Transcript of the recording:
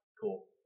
Cool